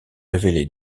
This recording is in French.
révélé